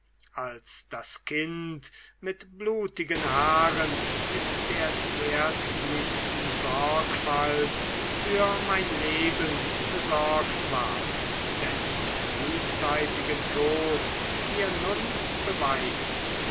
als das kind mit blutigen haaren mit der zärtlichsten sorgfalt für mein leben besorgt war dessen frühzeitigen tod wir nun beweinen